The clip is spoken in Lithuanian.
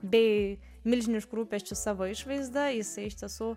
bei milžinišku rūpesčiu savo išvaizda jisai iš tiesų